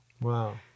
Wow